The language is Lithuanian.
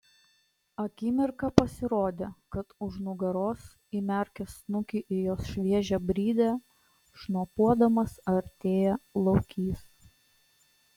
akimirką pasirodė kad už nugaros įmerkęs snukį į jos šviežią brydę šnopuodamas artėja lokys